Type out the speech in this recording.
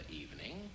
evening